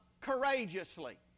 courageously